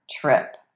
trip